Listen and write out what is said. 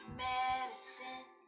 medicine